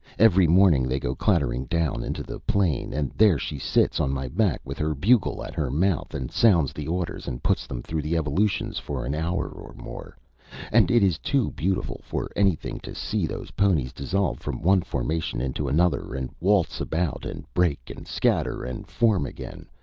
every morning they go clattering down into the plain, and there she sits on my back with her bugle at her mouth and sounds the orders and puts them through the evolutions for an hour or more and it is too beautiful for anything to see those ponies dissolve from one formation into another, and waltz about, and break, and scatter, and form again,